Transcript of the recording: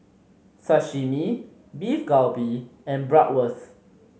Sashimi Beef Galbi and Bratwurst